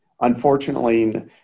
unfortunately